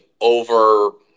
over